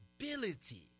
ability